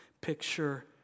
Picture